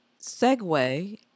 segue